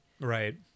right